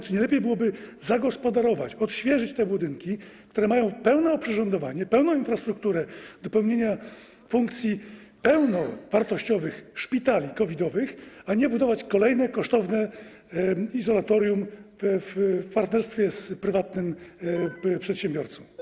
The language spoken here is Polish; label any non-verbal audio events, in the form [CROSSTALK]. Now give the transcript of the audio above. Czy nie lepiej byłoby zagospodarować, odświeżyć te budynki, które mają pełne oprzyrządowanie, pełną infrastrukturę do pełnienia funkcji pełnowartościowych szpitali COVID-owych, a nie budować kolejne kosztowne izolatorium w partnerstwie z prywatnym [NOISE] przedsiębiorcą?